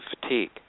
fatigue